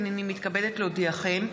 הינני מתכבדת להודיעכם,